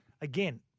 Again